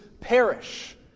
perish